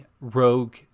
rogue